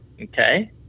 Okay